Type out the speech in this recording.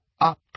up